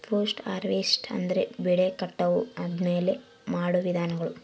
post harvest ಅಂದ್ರೆ ಬೆಳೆ ಕಟಾವು ಆದ್ಮೇಲೆ ಮಾಡೋ ವಿಧಾನಗಳು